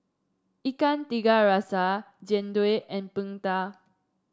Ikan Tiga Rasa Jian Dui and Png Tao